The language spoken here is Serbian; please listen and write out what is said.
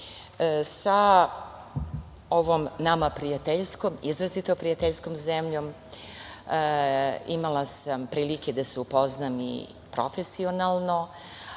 ovom nama izrazito prijateljskom zemljom imala sam prilike da se upoznam i profesionalno,